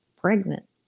pregnant